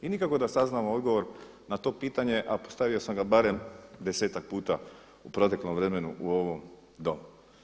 I nikako da saznamo odgovor na to pitanje, a postavio sam ga barem desetak puta u proteklom vremenu u ovom Domu.